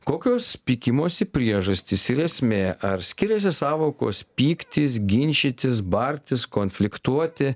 kokios pykimosi priežastis ir esmė ar skiriasi sąvokos pyktis ginčytis bartis konfliktuoti